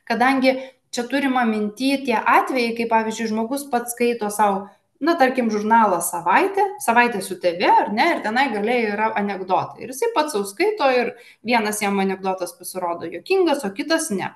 kadangi čia turima minty tie atvejai kai pavyzdžiui žmogus pats skaito sau na tarkim žurnalą savaitė savaitu su tavim ar ne ir tenai gale yra anekdotų ir jisai pats užskaito ir vienas jam anekdotas pasirodo juokingas o kitas ne